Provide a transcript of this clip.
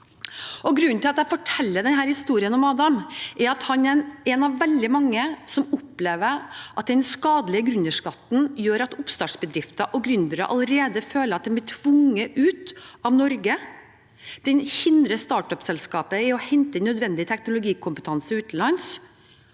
Grunnen til at jeg forteller denne historien om Adam, er at han er en av veldig mange som opplever at den skadelige gründerskatten gjør at oppstartsbedrifter og gründere allerede føler at de blir tvunget ut av Norge. Den hindrer startup-selskaper i å hente nødvendig teknologikompetanse utenlands,